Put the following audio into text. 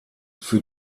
für